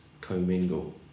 co-mingle